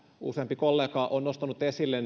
useampi kollega on nostanut esille